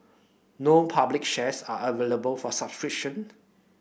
no public shares are available for subscription